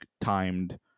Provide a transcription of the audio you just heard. timed